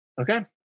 Okay